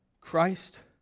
Christ